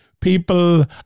people